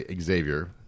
Xavier